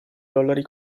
dollari